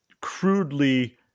crudely